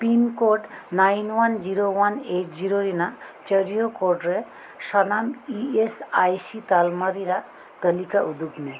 pin code nine one zero one eight zero ᱨᱮᱱᱟᱜ ᱪᱟᱹᱨᱤᱭᱟᱹ ᱠᱚᱬᱨᱮ ᱥᱟᱱᱟᱢ ᱤ ᱮᱥ ᱟᱭ ᱥᱤ ᱛᱟᱞᱢᱟ ᱨᱮᱱᱟᱜ ᱛᱟᱞᱤᱠᱟ ᱩᱫᱩᱜᱽ ᱢᱮ